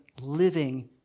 living